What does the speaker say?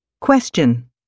Question